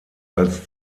als